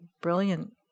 brilliant